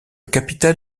capital